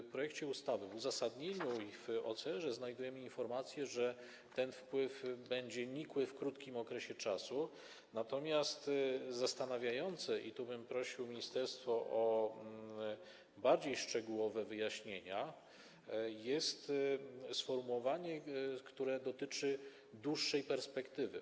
W projekcie ustawy w uzasadnieniu i w OSR znajdujemy informację, że ten wpływ będzie nikły w krótkim okresie, natomiast zastanawiające - i tu bym prosił ministerstwo o bardziej szczegółowe wyjaśnienia - jest sformułowanie, które dotyczy dłuższej perspektywy.